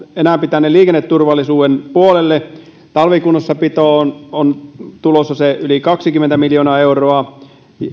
enempi tänne liikenneturvallisuuden puolelle talvikunnossapitoon on tulossa se yli kaksikymmentä miljoonaa euroa